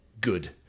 good